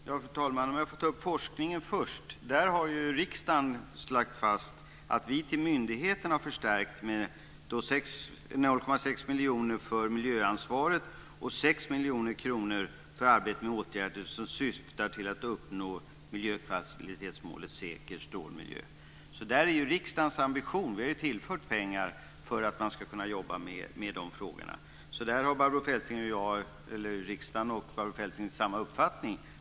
Fru talman! Jag vill ta upp forskningen först. Riksdagen har lagt fast att vi till myndigheten ger en förstärkning med 0,6 miljoner för miljöansvaret och 6 miljoner kronor för arbete med åtgärder som syftar till att uppnå miljökvalitetsmålet Säker strålmiljö. Riksdagen har ju tillfört pengar för att man ska kunna jobba med de frågorna. Där har riksdagen och Barbro Feltzing samma uppfattning.